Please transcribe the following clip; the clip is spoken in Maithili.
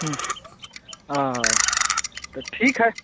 हूँ हँ तऽ ठीक हए